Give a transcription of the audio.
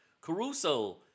Caruso